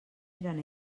eren